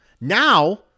Now